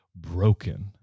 broken